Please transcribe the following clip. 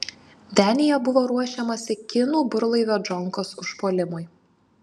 denyje buvo ruošiamasi kinų burlaivio džonkos užpuolimui